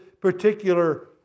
particular